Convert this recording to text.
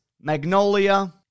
Magnolia